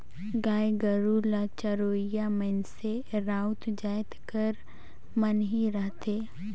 गाय गरू ल चरोइया मइनसे राउत जाएत कर मन ही रहथें